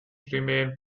remain